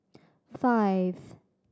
five